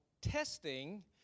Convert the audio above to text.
testing